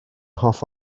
hoff